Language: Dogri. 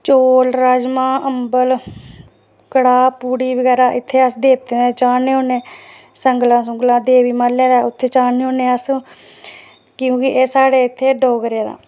चौल राजमांह् अम्बल कड़ाह पूड़ी बगैरा अस इत्थै देवतें दे चाढ़ने होन्ने आं संगलां देवी मल्लै दे उत्थै चाढ़ने होन्ने अस क्योंकि एह् साढ़े उत्थै डोगरें दा